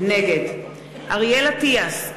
נגד אריאל אטיאס,